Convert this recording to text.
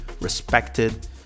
respected